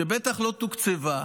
שבטח לא תוקצבה,